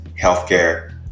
healthcare